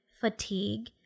fatigue